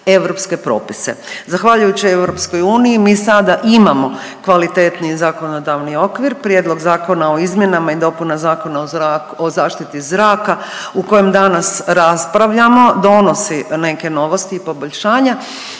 europske propise. Zahvaljujući EU mi sada imamo kvalitetniji zakonodavni okvir. Prijedlog Zakona o izmjenama i dopuna Zakona o zaštiti zraka o kojem danas raspravljamo donosi neke novosti i poboljšanja,